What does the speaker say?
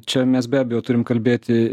čia mes be abejo turim kalbėti